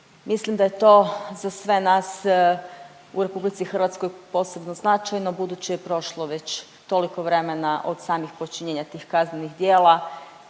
Mislim da je to za sve nas u RH posebno značajno budući je prošlo već toliko vremena od samih počinjenja tih kaznenih djela